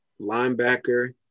linebacker